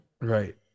right